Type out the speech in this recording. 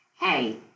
hey